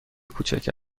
کوچک